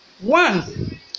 One